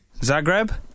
Zagreb